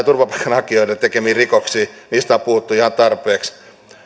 turvapaikanhakijoiden tekemiin rikoksiin niistä on puhuttu jo ihan tarpeeksi